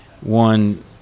one